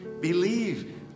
Believe